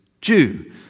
Jew